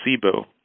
placebo